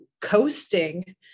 coasting